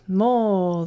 more